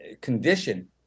condition